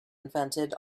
invented